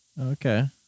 Okay